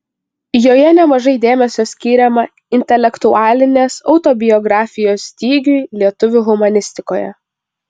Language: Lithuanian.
joje nemažai dėmesio skiriama intelektualinės autobiografijos stygiui lietuvių humanistikoje